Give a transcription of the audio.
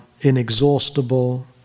inexhaustible